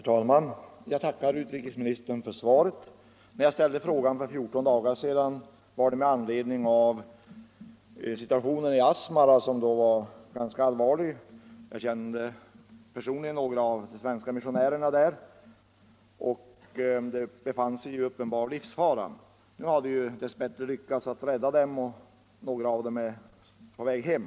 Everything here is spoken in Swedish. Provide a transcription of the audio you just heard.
fe RE EA NS FER Herr talman! Jag tackar utrikesministern för svaret. Om beredskapspla När jag ställde frågan för fjorton dagar sedan var det med anledning = ner för evakuering av situationen i Asmara, som då var ganska allvarlig. Jag känner per — av svenskar från sonligen några av de svenska missionärerna där, och de befann sig i = länder där det uppenbar livsfara. Nu har det dess bättre lyckats att rädda dem, och = politiska läget är några av dem är på väg hem.